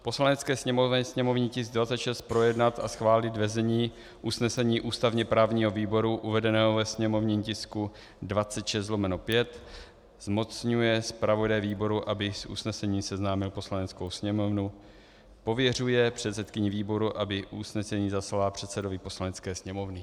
Poslanecké sněmovně sněmovní tisk 26 projednat a schválit ve znění usnesení ústavněprávního výboru uvedeného ve sněmovním tisku 26/5, zmocňuje zpravodaje výboru, aby s usnesením seznámil Poslaneckou sněmovnu, a pověřuje předsedkyni výboru, aby usnesení zaslala předsedovi Poslanecké sněmovny.